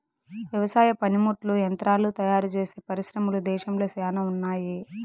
వ్యవసాయ పనిముట్లు యంత్రాలు తయారుచేసే పరిశ్రమలు దేశంలో శ్యానా ఉన్నాయి